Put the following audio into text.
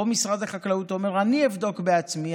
פה משרד החקלאות אומר: אני אבדוק בעצמי.